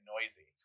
noisy